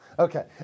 Okay